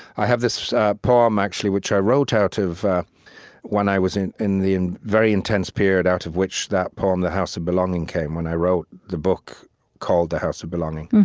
i have this poem, actually, which i wrote out of when i was in in the and very intense period out of which that poem, the house of belonging, came, when i wrote the book called the house of belonging.